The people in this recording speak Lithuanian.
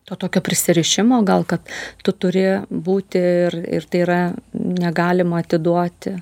to tokio prisirišimo gal kad tu turi būti ir ir tai yra negalima atiduoti